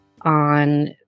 on